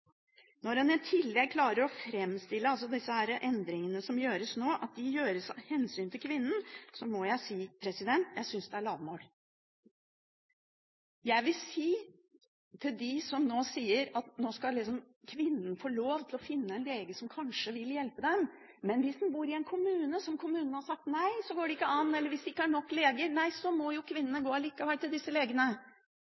Når en i tillegg klarer å framstille at de endringene som gjøres nå, gjøres av hensyn til kvinnen, må jeg si at jeg synes det er lavmål. Jeg vil si til dem som sier at nå skal kvinnen få lov til å finne en lege som kanskje vil hjelpe henne, at hvis hun bor i en kommune hvor kommunen har sagt nei, går det ikke, eller hvis det ikke er nok leger, må kvinnen likevel gå til disse legene. Så